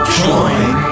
join